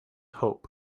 hope